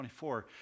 24